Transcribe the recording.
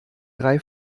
drei